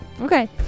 Okay